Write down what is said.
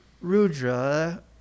Rudra